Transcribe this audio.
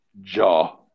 Jaw